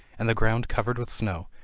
and the ground covered with snow,